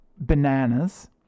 bananas